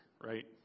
right